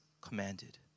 commanded